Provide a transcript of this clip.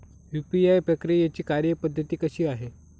UPI प्रक्रियेची कार्यपद्धती कशी आहे?